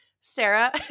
Sarah